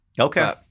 Okay